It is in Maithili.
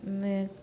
मे